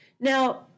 Now